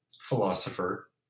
philosopher